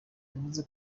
yavuze